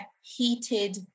heated